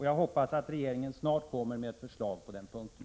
Jag hoppas att regeringen snart kommer att lägga fram ett förslag på den punkten.